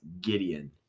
Gideon